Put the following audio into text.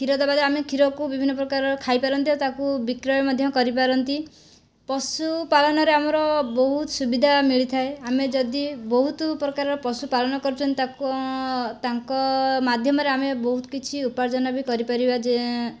କ୍ଷୀର ଦେବା ଦ୍ଵାରା ଆମେ କ୍ଷୀରକୁ ବିଭିନ୍ନ ପ୍ରକାର ଖାଇପାରନ୍ତି ଆଉ ତାକୁ ବିକ୍ରୟ ମଧ୍ୟ କରିପାରନ୍ତି ପଶୁପାଳନରେ ଆମର ବହୁତ ସୁବିଧା ମିଳିଥାଏ ଆମେ ଯଦି ବହୁତ ପ୍ରକାର ପଶୁପାଳନ କରୁଛନ୍ତି ତାକୁ ତାଙ୍କ ମାଧ୍ୟମରେ ଆମେ ବହୁତ କିଛି ଉପାର୍ଜନ ବି କରିପାରିବା ଯେ